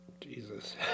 Jesus